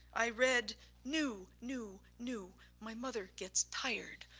i read new, new, new, my mother gets tired.